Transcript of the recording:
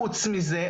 חוץ מזה,